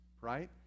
right